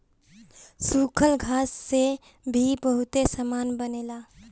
सूखल घास से भी बहुते सामान बनेला